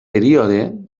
període